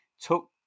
took